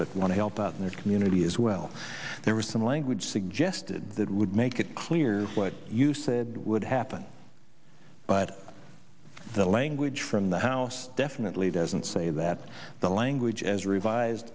but want to help out in their community as well there was some language suggested that would make it clear what you said would happen but the language from the house definitely doesn't say that the language as revised